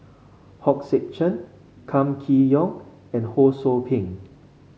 Hong Sek Chern Kam Kee Yong and Ho Sou Ping